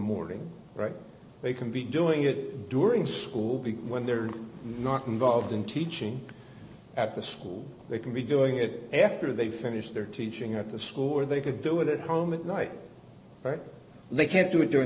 morning right they can be doing it during school be when they're not involved in teaching at the school they can be doing it after they finish their teaching at the school or they could do it at home at night but they can't do it during